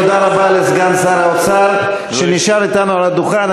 תודה רבה לסגן שר האוצר, והוא נשאר אתנו על הדוכן.